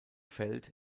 feld